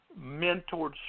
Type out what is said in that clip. mentored